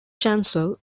chancel